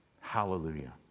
Hallelujah